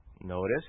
Notice